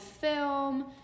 film